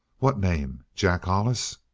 what name? jack hollis?